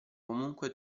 comunque